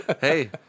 Hey